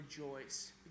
rejoice